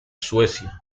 suecia